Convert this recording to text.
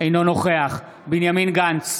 אינו נוכח בנימין גנץ,